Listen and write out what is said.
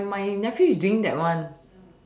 mine mine nephew is doing that one